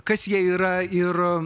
kas jie yra ir